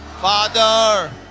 Father